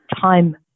time